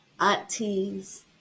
aunties